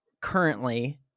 currently